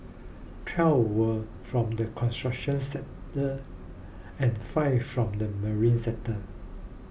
twelve were from the construction sector and five from the marine sector